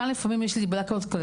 כאן לפעמים יש בלאק אאוט.